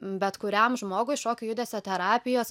bet kuriam žmogui šokio judesio terapijos